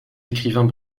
écrivains